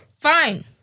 Fine